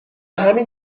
همین